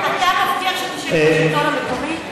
אתה מבטיח שתשב עם השלטון המקומי,